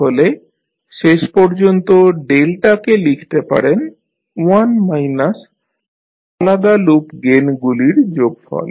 তাহলে শেষ পর্যন্ত ডেল্টাকে লিখতে পারেন 1 মাইনাস আলাদা লুপ গেইনগুলির যোগফল